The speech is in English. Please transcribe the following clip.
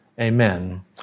amen